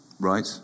Right